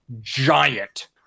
giant